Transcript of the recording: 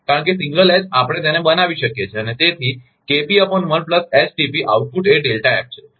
કારણ કે single H આપણે તેને બનાવી શકીએ છીએ અને તેથી આઉટપુટ એ છે